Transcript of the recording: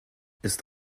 ist